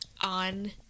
on